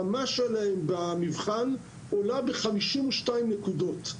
רמתם במבחן עולה ב-52 נקודות.